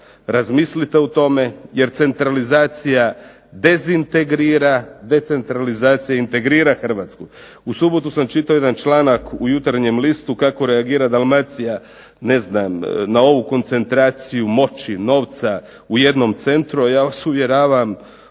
razmislite o tome, jer centralizacija dezintegrira, decentralizacija integrira Hrvatsku. U subotu sam čitao jedan članak u "Jutarnjem listu" kako reagira Dalmacija ne znam na ovu koncentraciju moći, novca u jednom centru, a ja vas uvjeravam